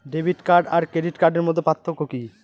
Debit card আর credit কার্ডের মধ্যে পার্থক্য কি?